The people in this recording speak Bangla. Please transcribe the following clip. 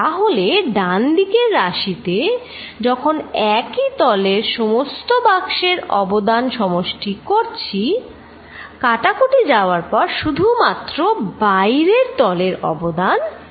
তাহলে ডান দিকের রাশিতে যখন একই তলের সমস্ত বাক্সের অবদান সমষ্টি করছি কাটাকুটি যাবার পর শুধুমাত্র বাইরের তলের অবদান থেকে যাবে